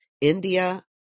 India